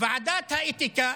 ועדת האתיקה,